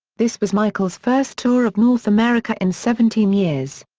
this was michael's first tour of north america in seventeen years.